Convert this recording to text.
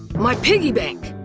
my piggy bank!